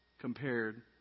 compared